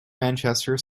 manchester